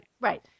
Right